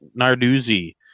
Narduzzi